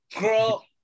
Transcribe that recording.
Girl